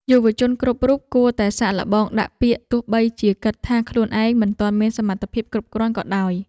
យុវជនគ្រប់រូបគួរតែសាកល្បងដាក់ពាក្យទោះបីជាគិតថាខ្លួនឯងមិនទាន់មានសមត្ថភាពគ្រប់គ្រាន់ក៏ដោយ។